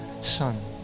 son